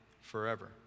forever